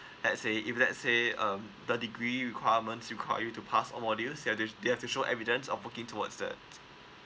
let say if let say um the degree requirements require you to pass on modules that if they have to show evidence of working towards that